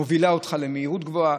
מוביל אותך למהירות גבוהה,